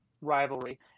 rivalry